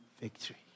victory